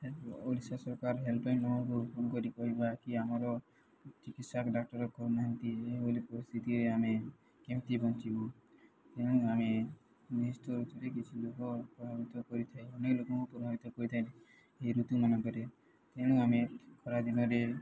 ଓଡ଼ିଶା ସରକାର help line ନମ୍ବରକୁ phone କରିବା କି ଆମର ଚିକିତ୍ସାକ ଡାକ୍ତରଖ କରୁନାହାଁନ୍ତି ଏହିଭଳି ପରିସ୍ଥିତିରେ ଆମେ କେମିତି ବଞ୍ଚିବୁ ତେଣୁ ଆମେ କିଛି ଲୋକ ପ୍ରଭାବିତ କରିଥାଏ ଅନେକ ଲୋକଙ୍କୁ ପ୍ରଭାବିତ କରିଥାଏ ଏହି ଋତୁ ମାନଙ୍କରେ ତେଣୁ ଆମେ ଖରାଦିନରେ